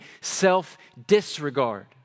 self-disregard